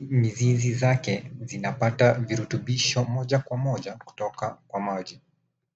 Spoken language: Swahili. mizizi zake zinapata virutubisho moja kwa moja kutoka kwa maji.